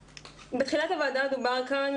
בתחילת הדיון בוועדה דובר כאן,